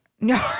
no